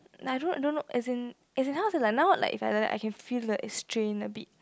I don't I don't know as in as in how to say now like if I like that I can feel like it's strained a bit